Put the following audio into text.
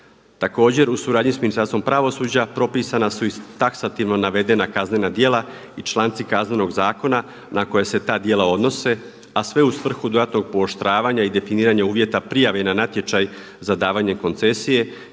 Također u suradnji sa Ministarstvom pravosuđa propisana su i taksativno navedena kaznena djela i članci Kaznenog zakona na koje se ta djela odnose, a sve u svrhu dodatnog pooštravanja i definiranja uvjeta prijave na natječaj za davanje koncesije